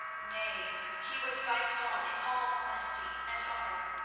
nay he would fight on in all honesty and honour,